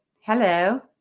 Hello